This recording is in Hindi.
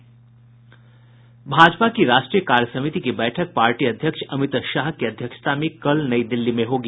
भाजपा की राष्ट्रीय कार्य समिति की बैठक पार्टी अध्यक्ष अमित शाह की अध्यक्षता में कल नई दिल्ली में होगी